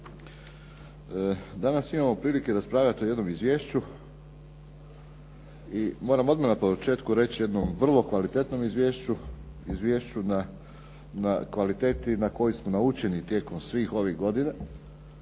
Danas imamo prilike raspravljati o jednom izvješću i moram odmah na početku reći jednom vrlo kvalitetnom izvješću, izvješću na kvaliteti na koju smo naučeni tijekom svih ovih godina